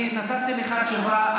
אני נתתי לך תשובה.